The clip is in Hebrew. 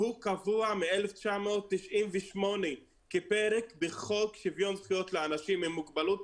הוא קבוע מ-1998 כפרק בחוק שוויון זכויות לאנשים עם מוגבלות,